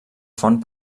font